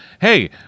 hey